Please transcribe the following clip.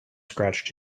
scratched